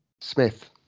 Smith